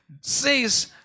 says